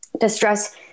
distress